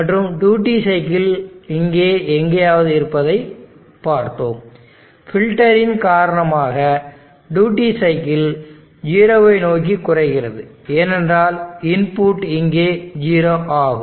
மற்றும் duty cycle இங்கே எங்கேயாவது இருப்பதை பார்த்தோம் ஃபில்டரின் காரணமாக டியூட்டி சைக்கிள் 0 ஐ நோக்கி குறைகிறது ஏனென்றால் இன்புட் இங்கே 0 ஆகும்